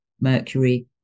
mercury